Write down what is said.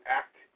act